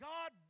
God